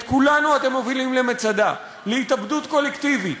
את כולנו אתם מובילים למצדה, להתאבדות קולקטיבית.